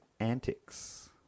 Antics